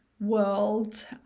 world